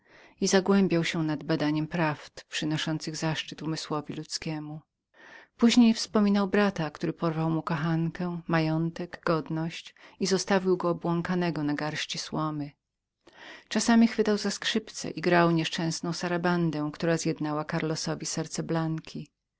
i zagłębiał się nad zbadaniem prawd przynoszących zaszczyt umysłowi ludzkiemu poźniej wspominał na brata porywającego mu kochankę majątek godność i zostawiającego go obłąkanego na garści słomy czasami chwytał za skrzypce i grał nieszczęsną sarabandę która zjednała karlosowi serce blanki